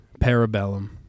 Parabellum